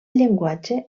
llenguatge